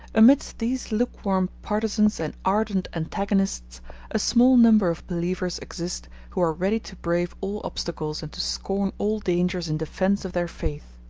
amidst these lukewarm partisans and ardent antagonists a small number of believers exist, who are ready to brave all obstacles and to scorn all dangers in defence of their faith.